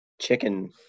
chicken